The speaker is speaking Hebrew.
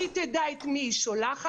שהיא תדע את מי היא שולחת.